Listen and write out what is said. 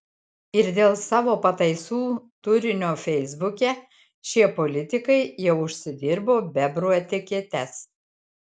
ir dėl savo pataisų turinio feisbuke šie politikai jau užsidirbo bebrų etiketes